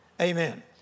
amen